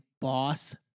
boss